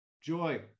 Joy